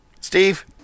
Steve